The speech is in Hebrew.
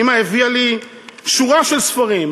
אימא הביאה לי שורה של ספרים.